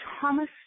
Thomas